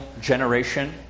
generation